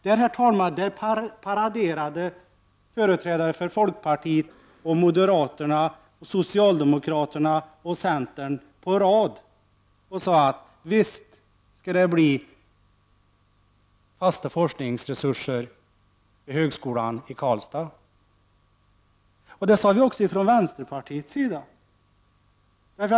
Där, herr talman, paraderade företrädare för folkpartiet och moderaterna, för socialdemokraterna och centern på rad och sade att visst skall det bli fasta forskningsresurser vid högskolan i Karlstad. Det sade vi också från vänsterpartiets sida.